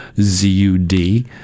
Z-U-D